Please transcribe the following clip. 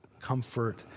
comfort